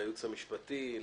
לייעוץ המשפטי,